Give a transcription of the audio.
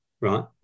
right